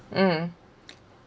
mm